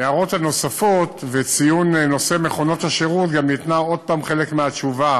בהערות הנוספות וציון נושא מכונות השירות גם ניתן חלק מהתשובה,